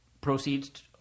proceeds